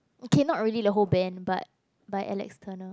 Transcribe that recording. okay not really the whole band but but I like external